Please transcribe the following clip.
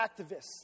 activists